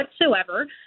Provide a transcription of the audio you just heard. whatsoever